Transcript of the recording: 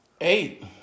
Eight